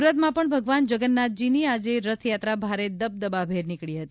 સુરતમાં પણ ભગવાન જગન્નાથજીની આજે રથયાત્રા ભારે દબદબાભેર નીકળી હતી